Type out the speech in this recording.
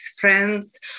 friends